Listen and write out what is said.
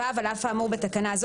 (ו)על אף האמור בתקנה זו,